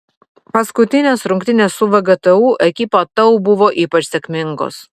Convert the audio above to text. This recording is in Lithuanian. paskutinės rungtynės su vgtu ekipa tau buvo ypač sėkmingos